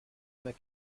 mehr